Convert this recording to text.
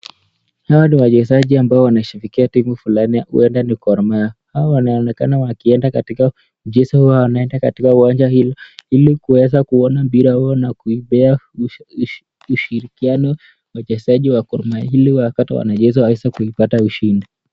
Hawa ni wachezaji ambao wanashabikia timu fulani ya kuenda ni Gohrmahia, hawa wanaonekana wakienda katika mchezo wao wanaenda katika uwanja huo ili kuweza kuona mpira huo na kuipea ushirikiano wachezaji wa Gohrmahia ili wakati wanacheza ili waweze kupata ushindi.